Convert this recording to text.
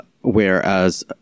whereas